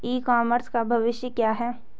ई commerce का भविष्य क्या है?